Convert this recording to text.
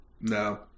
No